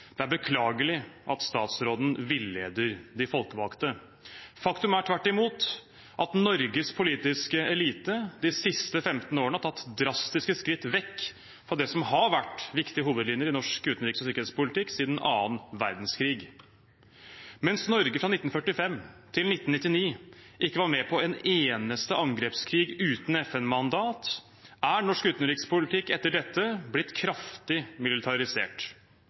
Det er beklagelig at utenriksministeren villeder de folkevalgte. Faktum er tvert imot at Norges politiske elite de siste 15 årene har tatt drastiske skritt vekk fra det som har vært viktige hovedlinjer i norsk utenriks- og sikkerhetspolitikk siden annen verdenskrig. Mens Norge fra 1945 til 1999 ikke var med på en eneste angrepskrig uten FN-mandat, er norsk utenrikspolitikk etter dette blitt kraftig militarisert.